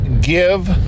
give